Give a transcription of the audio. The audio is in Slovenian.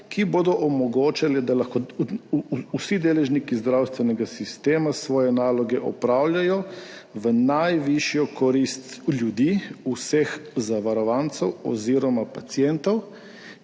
ki bodo omogočale, da lahko vsi deležniki zdravstvenega sistema svoje naloge opravljajo v najvišjo korist ljudi, vseh zavarovancev oziroma pacientov,